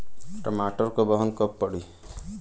टमाटर क बहन कब पड़ी?